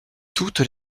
toutes